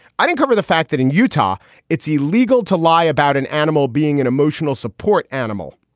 i didn't cover the fact that in utah it's illegal to lie about an animal being an emotional support animal.